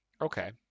Okay